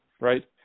right